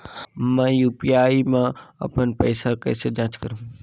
मैं यू.पी.आई मा अपन पइसा कइसे जांच करहु?